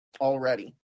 already